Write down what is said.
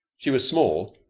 she was small,